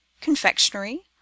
confectionery